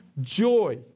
joy